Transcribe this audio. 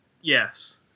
Yes